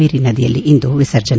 ಕಾವೇರಿ ನದಿಯಲ್ಲಿಂದು ವಿಸರ್ಜನೆ